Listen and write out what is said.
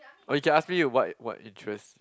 oh you can ask me what what interest